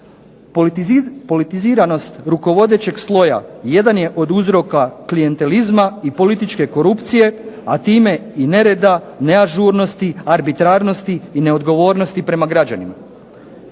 "Politiziranost rukovodećeg sloja jedan je od uzroka klijentalizma i političke korupcije, a time i nerede, neažurnosti, arbitrarnosti i neodgovornosti prema građanima.